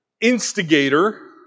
instigator